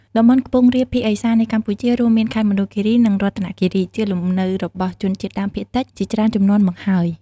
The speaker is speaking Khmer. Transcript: តំបន់ខ្ពង់រាប ភាគឦសាននៃកម្ពុជា រួមមានខេត្តមណ្ឌលគិរី និងរតនគិរី ជាលំនៅរបស់ ជនជាតិដើមភាគតិច ជាច្រើនជំនាន់មកហើយ។